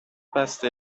بسته